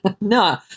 No